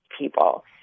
people